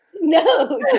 No